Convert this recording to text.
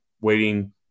waiting